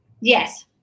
Yes